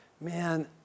man